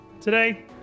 Today